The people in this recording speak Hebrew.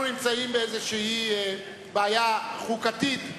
אנחנו נמצאים באיזו בעיה חוקתית,